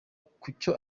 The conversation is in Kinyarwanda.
kucyo